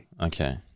Okay